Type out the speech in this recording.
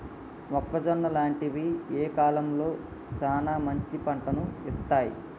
మొక్కజొన్న లాంటివి ఏ కాలంలో సానా మంచి పంటను ఇత్తయ్?